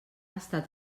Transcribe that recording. estat